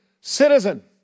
citizen